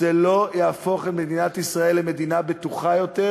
זה לא יהפוך את מדינת ישראל למדינה בטוחה יותר,